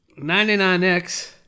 99X